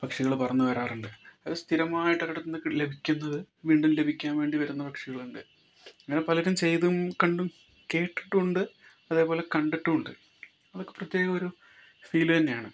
പക്ഷികൾ പറന്നു വരാറുണ്ട് അത് സ്ഥിരമായിട്ട് ലഭിക്കുന്നത് വീണ്ടും ലഭിക്കാൻ വേണ്ടി വരുന്ന പക്ഷികളുണ്ട് അങ്ങനെ പലരും ചെയ്തും കണ്ടും കേട്ടിട്ടുണ്ട് അതേപോലെ കണ്ടിട്ടുമുണ്ട് അതൊക്കെ പ്രത്യേകം ഒരു ഫീൽ തന്നെയാണ്